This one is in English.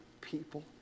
people